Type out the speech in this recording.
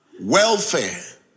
welfare